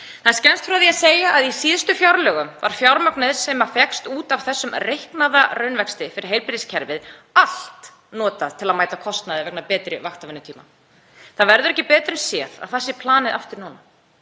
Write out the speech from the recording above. Er skemmst frá því að segja að í síðustu fjárlögum var fjármagnið sem fékkst út af þessum reiknaða raunvexti fyrir heilbrigðiskerfið allt notað til að mæta kostnaði vegna betri vaktavinnutíma. Ekki verður betur séð en að það sé planið aftur núna.